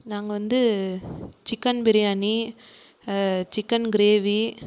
நாங்கள் வந்து chicken biryani chicken gravy